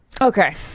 okay